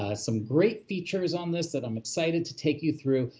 ah some great features on this that i'm excited to take you through,